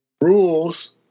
rules